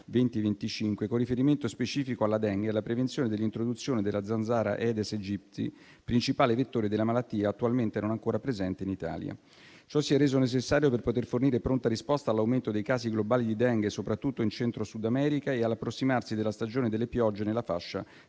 con riferimento specifico alla Dengue e alla prevenzione dell'introduzione della zanzara Aedes aegypty, principale vettore della malattia, attualmente non ancora presente in Italia. Ciò si è reso necessario per poter fornire pronta risposta all'aumento dei casi globali di Dengue soprattutto in Centro e Sud America e all'approssimarsi della stagione delle piogge nella fascia